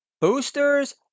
boosters